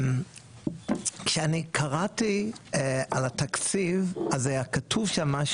כשאני קראתי על התקציב אז היה כתוב שם,